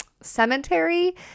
Cemetery